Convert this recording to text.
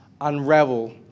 unravel